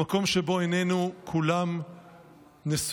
המקום שאליו עינינו כולם נשואות.